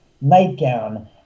nightgown